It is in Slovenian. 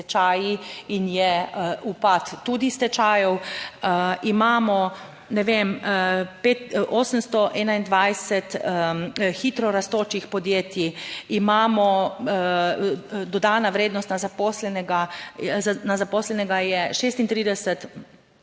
in je upad tudi stečajev. Imamo, ne vem, 821 hitro rastočih podjetij, imamo dodana vrednost na zaposlenega na zaposlenega